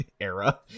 era